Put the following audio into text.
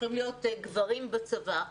שהופכים להיות גברים בצבא,